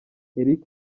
eric